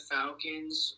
Falcons